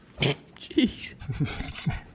Jeez